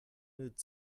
mood